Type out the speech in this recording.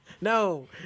No